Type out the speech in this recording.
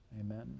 Amen